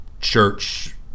church